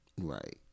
Right